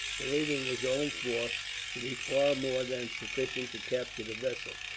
believing his own force to be far more than sufficient to capture the vessel,